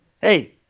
Hey